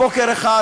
בוקר אחד.